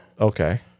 Okay